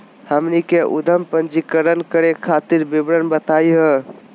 हमनी के उद्यम पंजीकरण करे खातीर विवरण बताही हो?